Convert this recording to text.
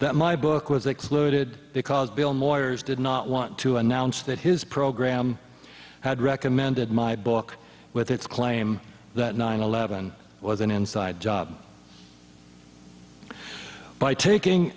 that my book was excluded because bill moyers did not want to announce that his program had recommended my book with its claim that nine eleven was an inside job by taking